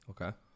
Okay